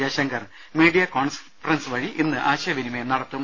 Jaishankar media conference വഴി ഇന്ന് ആശയവിനിമയം നടത്തും